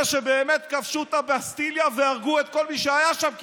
שבאמת כבשו את הבסטיליה והרגו את כל מי שהיה שם כמעט.